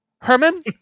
Herman